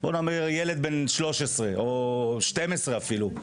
בוא נאמר ילד בן 13 או 12 אפילו,